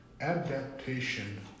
adaptation